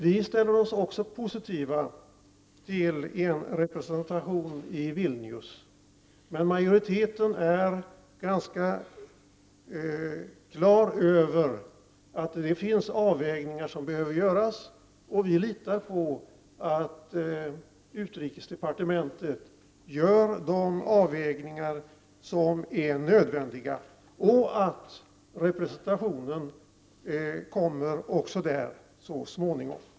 Vi ställer oss också positiva till en representation i Vilnius. Men utskottsmajoriteten är på det klara med att det finns avvägningar som behöver göras. Vi litar på att utrikesdepartementet gör de avvägningar som är nödvändiga och att det kommer en representation också där så småningom.